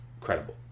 credible